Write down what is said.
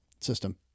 system